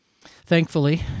thankfully